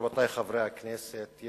רבותי חברי הכנסת,